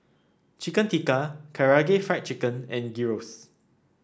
Chicken Tikka Karaage Fried Chicken and Gyros